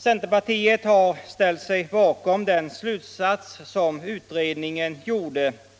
Centerpartiet har ställt sig bakom utredningens slutsats,